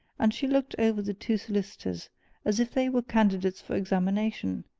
and she looked over the two solicitors as if they were candidates for examination,